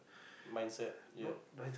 mindset yeap